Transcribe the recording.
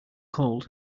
cold